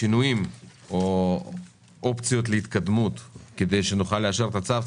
השינויים או האופציות להתקדמות כדי שנוכל לאשר את הצו,